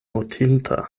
mortinta